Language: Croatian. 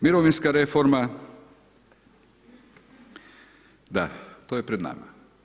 Mirovinska reforma, da, to je pred nama.